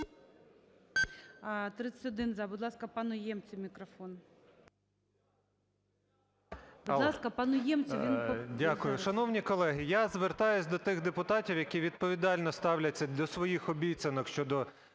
За-31 Будь ласка, пану Ємцю мікрофон. Будь ласка, пану Ємцю. 16:41:28 ЄМЕЦЬ Л.О. Дякую. Шановні колеги, я звертаюся до тих депутатів, які відповідально ставляться до своїх обіцянок щодо